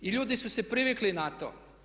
I ljudi su se privikli na to.